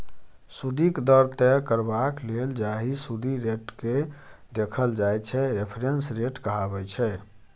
सुदिक दर तय करबाक लेल जाहि सुदि रेटकेँ देखल जाइ छै रेफरेंस रेट कहाबै छै